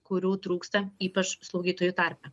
kurių trūksta ypač slaugytojų tarpe